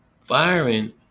Firing